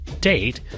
date